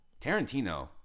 Tarantino